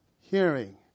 hearing